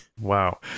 Wow